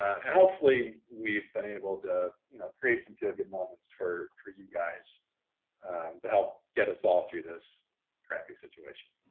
hopefully we've been able to, you know, create some feel-good moments for for you guys to help get us all through this crappy situation.